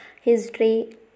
History